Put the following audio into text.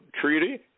treaty